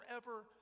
forever